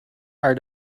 are